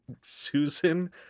Susan